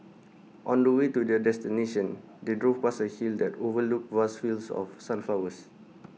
on the way to their destination they drove past A hill that overlooked vast fields of sunflowers